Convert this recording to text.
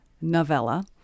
novella